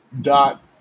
dot